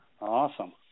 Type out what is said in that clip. Awesome